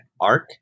arc